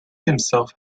himself